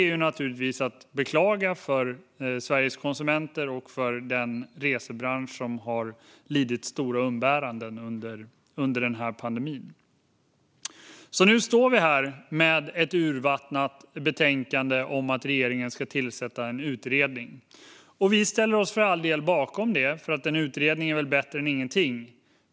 Detta är naturligtvis att beklaga för Sveriges konsumenter och för den resebransch som har lidit stora umbäranden under pandemin. Nu står vi här med ett urvattnat betänkande med förslaget att regeringen ska tillsätta en utredning. Vi ställer oss för all del bakom det, för en utredning är väl bättre än ingenting.